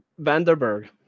Vanderberg